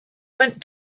went